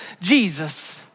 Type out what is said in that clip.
Jesus